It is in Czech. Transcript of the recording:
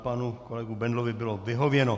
Panu kolegovi Bendlovi bylo vyhověno.